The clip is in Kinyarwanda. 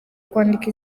kwandika